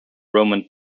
roman